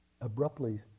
abruptly